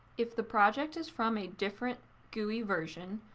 if the project is from a different gui version,